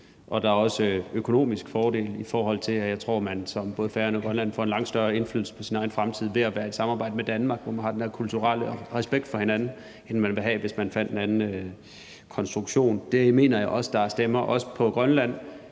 Og der er også økonomiske fordele, i forhold til at jeg tror, at man både på Færøerne og i Grønland får en langt større indflydelse på sin egen fremtid ved at være i et samarbejde med Danmark, hvor der er den her kulturelle respekt for hinanden, end man ville have, hvis man fandt en anden konstruktion. Det mener jeg også der er stemmer, også i Grønland,